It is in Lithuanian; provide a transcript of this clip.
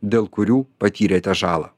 dėl kurių patyrėte žalą